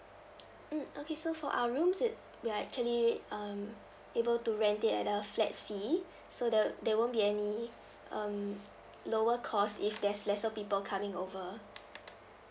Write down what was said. mm okay so for our rooms it we are actually um able to rent it at a flats fee so the there won't be any um lower cost if there's lesser people coming over